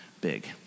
big